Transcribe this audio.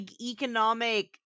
economic